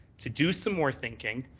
to do some more thinking,